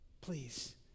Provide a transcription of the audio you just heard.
Please